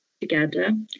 together